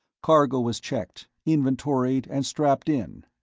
cargo was checked, inventoried and strapped in.